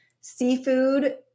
Seafood